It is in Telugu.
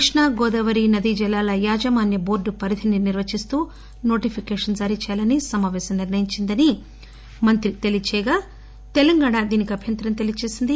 కృష్ణా గోదావరి నదీ జలాల యాజమాన్య టోర్టు పరిధిని నిర్వచిస్తూ నోటిఫికేషన్ జారీ చేయాలని సమాపేశం నిర్ణయించిందని శక్తి తెలియచేయగా అయితే తెలంగాణ దీనికి అభ్యంతరం తెలియచేసింది